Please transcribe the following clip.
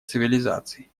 цивилизаций